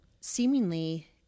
seemingly